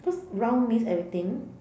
cause round means everything